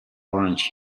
orange